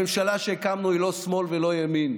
הממשלה שהקמנו היא לא שמאל ולא ימין,